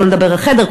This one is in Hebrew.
לא לדבר על חדר,